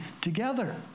together